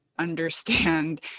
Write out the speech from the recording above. understand